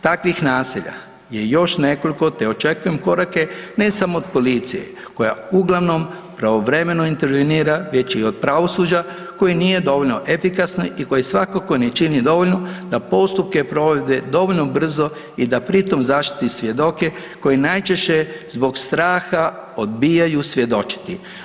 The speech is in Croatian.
Takvih naselja je još nekoliko te očekujem korake ne samo od policije koja uglavnom pravovremeno intervenira već i od pravosuđa koje nije dovoljno efikasno i koje svakako ne čini dovoljno da postupke provede dovoljno brzo i da pri tom zaštiti svjedoke koji najčešće zbog straha odbijaju svjedočiti.